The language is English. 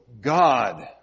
God